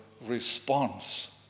response